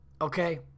Okay